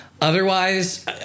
Otherwise